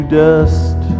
dust